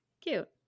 Cute